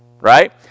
right